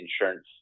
insurance